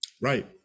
Right